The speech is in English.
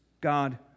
God